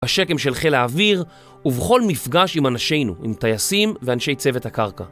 השקם של חיל האוויר ובכל מפגש עם אנשינו, עם טייסים ואנשי צוות הקרקע.